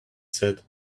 said